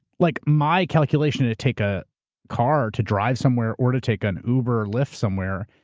like, my calculation to take a car to drive somewhere, or to take an uber or lyft somewhere,